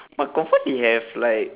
but confirm they have like